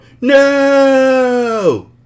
No